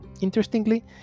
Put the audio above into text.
Interestingly